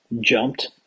jumped